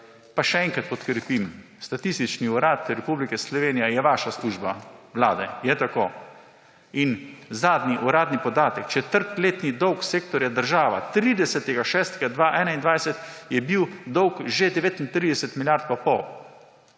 Še enkrat podkrepim. Statistični urad Republike Slovenije je vaša služba, Vlade. Je tako? In zadnji uradni podatek četrtletni dolg sektorja država 30. 6. 2021 je bil dolg že 39 milijard pa pol.